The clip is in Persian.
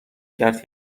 کرد